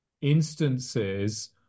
instances